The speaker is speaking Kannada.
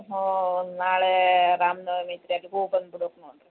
ಹೋ ನಾಳೆ ರಾಮ ನವಮಿ ಐತಿ ರೀ ಅದಕ್ಕೆ ಹೋಗಿ ಬಂದು ಬುಡಕ್ಕೆ ನೊಡ್ರಿ